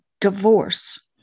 divorce